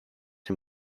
him